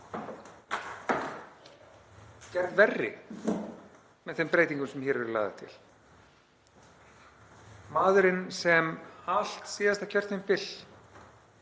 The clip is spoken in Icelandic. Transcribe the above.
gerð verri með þeim breytingum sem hér eru lagðar til? Maðurinn sem allt síðasta kjörtímabil